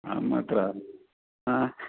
अहम् अत्र आ